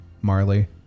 Marley